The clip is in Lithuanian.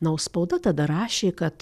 na o spauda tada rašė kad